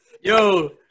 Yo